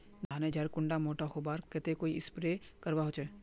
धानेर झार कुंडा मोटा होबार केते कोई स्प्रे करवा होचए?